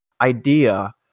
idea